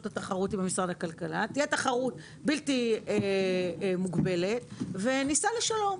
לתחרות היא במשרד הכלכלה וניסע לשלום,